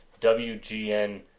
WGN